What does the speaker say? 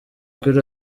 kuri